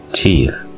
teeth